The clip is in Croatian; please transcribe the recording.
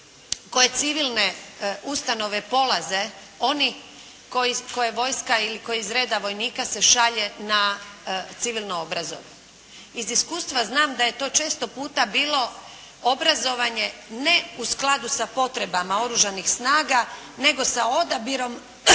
koje civilne ustanove polaze, oni koje vojska, ili koji iz reda vojnika se šalje na civilno obrazovanje. Iz iskustva zna da je to često puta bilo obrazovanje ne u skladu sa potrebama Oružanih snaga, nego sa odabirom